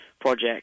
project